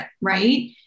right